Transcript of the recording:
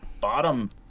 bottom